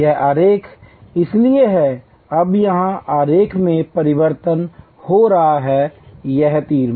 यह आरेख इसलिए है अब यहाँ आरेख में परिवर्तन हो रहा है यह तीर